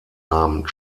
namen